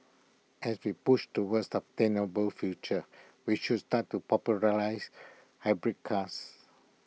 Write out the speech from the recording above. as we push towards sustainable future we should start to popularise hybrid cars